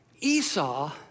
Esau